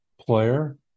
player